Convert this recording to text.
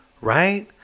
right